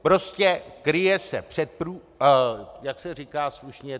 Prostě kryje se před prů... jak se říká slušně?